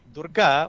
Durga